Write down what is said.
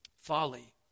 Folly